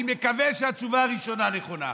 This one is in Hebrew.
אני מקווה שהתשובה הראשונה נכונה.